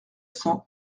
cents